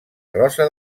rosa